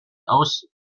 aus